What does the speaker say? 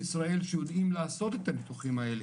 שיודעים לעשות את הניתוחים האלה,